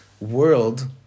world